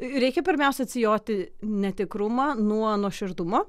reikia pirmiausia atsijoti netikrumą nuo nuoširdumo